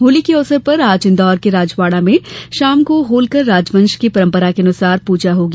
होली के अवसर पर आज इन्दौर के राजवाड़ा में शाम को होलकर राजवंश की परंपरानुसार पूजा होगी